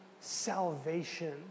salvation